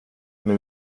men